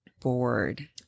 bored